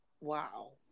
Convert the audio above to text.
wow